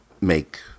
make